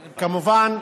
כמובן,